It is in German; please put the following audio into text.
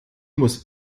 muss